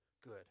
good